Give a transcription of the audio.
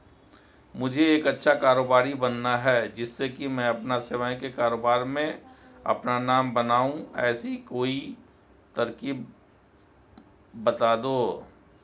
मुझे एक अच्छा कारोबारी बनना है जिससे कि मैं अपना स्वयं के कारोबार में अपना नाम बना पाऊं ऐसी कोई तरकीब पता दो?